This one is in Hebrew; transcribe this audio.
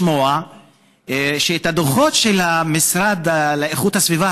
לשמוע שהדוחות של המשרד לאיכות הסביבה,